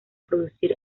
producir